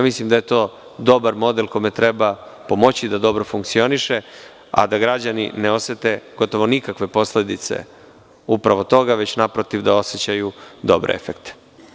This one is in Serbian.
Mislim da je to dobar model kome treba pomoći da dobro funkcioniše, a da građani ne osete nikakve posledice toga, već da osećaju dobre efekte.